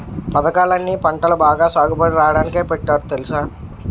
పదకాలన్నీ పంటలు బాగా సాగుబడి రాడానికే పెట్టారు తెలుసా?